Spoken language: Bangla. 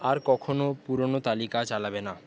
আর কখনো পুরোনো তালিকা চালাবে না